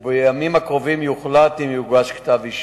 ובימים הקרובים יוחלט אם יוגש כתב אישום.